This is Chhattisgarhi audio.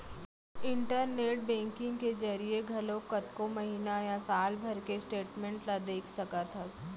इंटरनेट बेंकिंग के जरिए घलौक कतको महिना या साल भर के स्टेटमेंट ल देख सकत हस